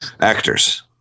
Actors